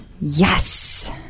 Yes